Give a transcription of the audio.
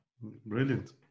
Brilliant